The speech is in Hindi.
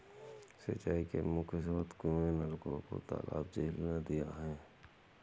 सिंचाई के मुख्य स्रोत कुएँ, नलकूप, तालाब, झीलें, नदियाँ हैं